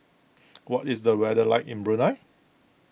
what is the weather like in Brunei